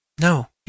No